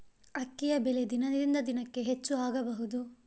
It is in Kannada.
ಅಕ್ಕಿಯ ಬೆಲೆ ದಿನದಿಂದ ದಿನಕೆ ಹೆಚ್ಚು ಆಗಬಹುದು?